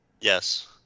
yes